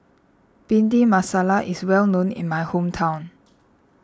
Bhindi Masala is well known in my hometown